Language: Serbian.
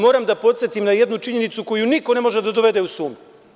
Moram da podsetim na jednu činjenicu koju niko ne može da dovede u sumnju.